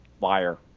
Liar